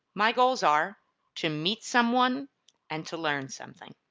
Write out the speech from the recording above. my goals are to meet someone and to learn something.